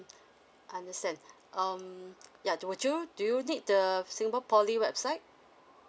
understand um yeah would you do you need the singapore poly website